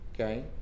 okay